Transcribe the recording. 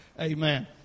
Amen